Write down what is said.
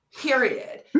Period